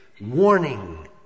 warning